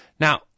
Now